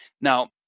Now